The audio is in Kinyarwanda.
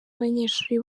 abanyeshuri